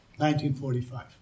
1945